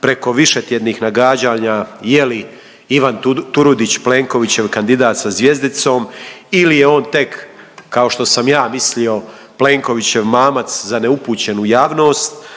preko višetjednih nagađanja je li Ivan Turudić Plenkovićev kandidat sa zvjezdicom ili je on tek kao što sam ja mislio Plenkovićev mamac za neupućenu javnost.